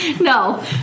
No